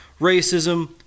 Racism